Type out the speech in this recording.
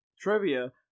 trivia